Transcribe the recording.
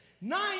nine